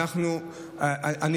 בנושא השבת,